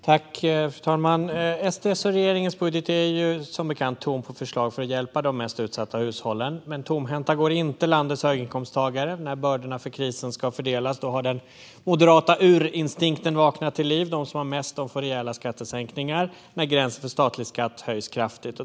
Fru talman! SD:s och regeringens budget är som bekant tom på förslag för att hjälpa de mest utsatta hushållen. Landets höginkomsttagare går dock inte tomhänta, utan när bördorna av krisen ska fördelas har den moderata urinstinkten vaknat till liv. De som har mest får rejäla skattesänkningar när gränsen för statlig skatt höjs kraftigt.